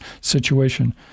situation